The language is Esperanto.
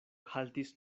haltis